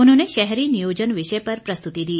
उन्होंने शहरी नियोजन विषय पर प्रस्तुति दी